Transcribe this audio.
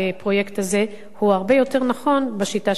הזה הוא הרבה יותר נכון בשיטה שאני מציעה.